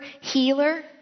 healer